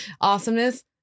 awesomeness